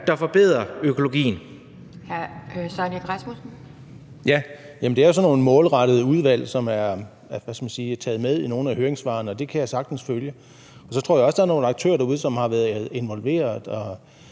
Egge Rasmussen (EL): Det er jo sådan nogle målrettede udvalg, som er taget med i nogle af høringssvarene, og det kan jeg sagtens følge. Jeg tror også, at der er nogle aktører derude, som har været involveret